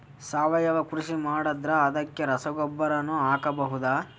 ಸಾವಯವ ಕೃಷಿ ಮಾಡದ್ರ ಅದಕ್ಕೆ ರಸಗೊಬ್ಬರನು ಹಾಕಬಹುದಾ?